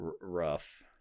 rough